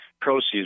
proceeds